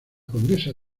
condesa